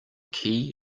key